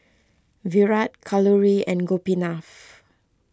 Virat Kalluri and Gopinath